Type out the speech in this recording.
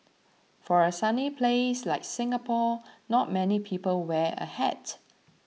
for a sunny place like Singapore not many people wear a hat